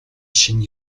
шинэ